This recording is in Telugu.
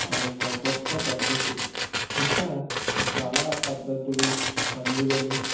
అదొక గొప్ప పద్ధతి ఇంకా చాలా పద్ధతులు పండుగలు